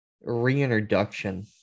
reintroduction